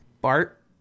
Bart